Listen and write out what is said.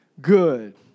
Good